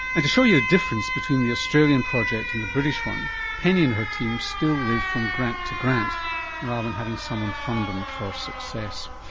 and to show you the difference between the australian project and the british one, penny and her team still live from grant to grant rather than having someone fund them for success.